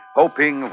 hoping